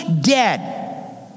dead